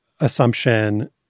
assumption